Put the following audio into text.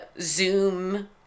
zoom